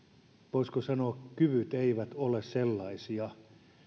voisiko sanoa kyvyt eivät ole sellaisia